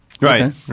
Right